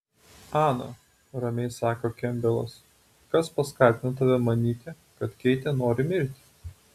ana ramiai sako kempbelas kas paskatino tave manyti kad keitė nori mirti